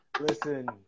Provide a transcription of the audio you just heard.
Listen